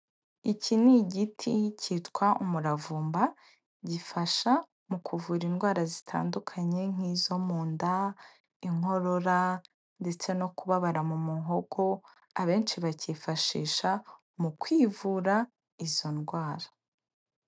Iki ni igiti cyitwa umuravumba, gifasha mu kuvura indwara zitandukanye nk'izo mu nda, inkorora, ndetse no kubabara mu muhogo, abenshi bakifashisha mu kwivura izo ndwara.